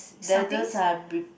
that this are